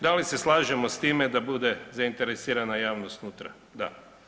Da li se slažemo s time da bude zainteresirana javnost nutra, da.